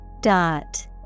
Dot